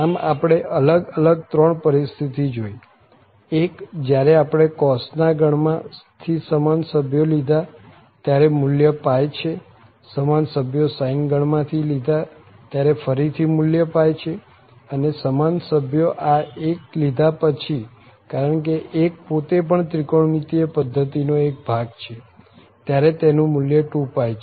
આમ આપણે અલગ અલગ ત્રણ પરિસ્થિતિ જોઈ એક જયારે આપણે cos ના ગણ માં થી સમાન સભ્યો લીધા ત્યારે મુલ્ય છે સમાન સભ્યો sine ગણ માંથી લીધા ત્યારે ફરી થી મુલ્ય છે અને સમાન સભ્યો આ 1 લીધા પછી કારણ કે 1 પોતે પણ ત્રિકોણમિતિય પધ્ધતિ નો એક ભાગ છે ત્યારે તેનું મુલ્ય 2π છે